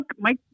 Mike